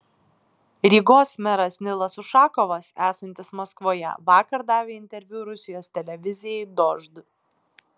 rygos meras nilas ušakovas esantis maskvoje vakar davė interviu rusijos televizijai dožd